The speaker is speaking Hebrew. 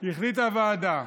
החליטה הוועדה,